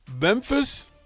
Memphis